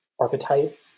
archetype